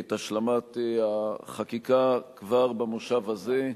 את השלמת החקיקה כבר במושב הזה,